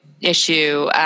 issue